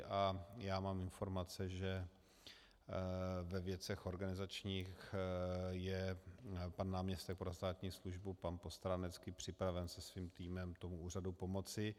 A já mám informace, že ve věcech organizačních je pan náměstek pro státní službu, pan Postránecký, připraven se svým týmem tomu úřadu pomoci.